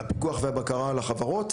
הפיקוח והבקרה על החברות,